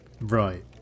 Right